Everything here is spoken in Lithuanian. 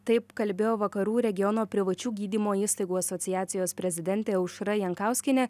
taip kalbėjo vakarų regiono privačių gydymo įstaigų asociacijos prezidentė aušra jankauskienė